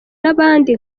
n’abandi